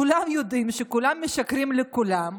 כולם יודעים שכולם משקרים לכולם,